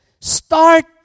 Start